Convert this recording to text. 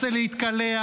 רוצה להתקלח,